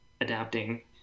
adapting